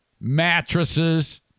mattresses